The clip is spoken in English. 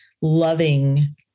loving